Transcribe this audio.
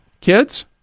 kids